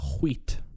wheat